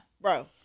Bro